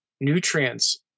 nutrients